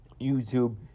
YouTube